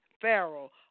Farrell